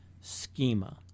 schema